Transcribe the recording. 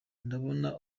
ndabona